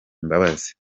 imbabazi